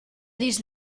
these